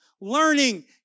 learning